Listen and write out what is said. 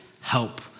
help